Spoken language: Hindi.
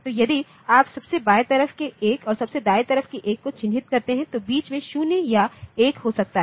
तो यदि आप सबसे बाय तरफ के 1 और सबसे दाई तरफ की 1 को चिह्नित करते हैं तो बीच में0 या 1 हो सकता है